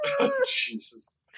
Jesus